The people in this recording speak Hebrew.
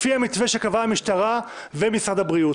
לפי המתווה שקבעה המשטרה ומשרד הבריאות